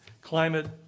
Climate